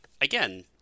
again